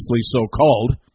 so-called